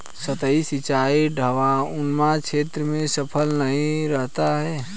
सतही सिंचाई ढवाऊनुमा क्षेत्र में सफल नहीं रहता है